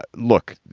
look,